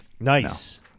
Nice